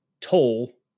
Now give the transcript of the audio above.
toll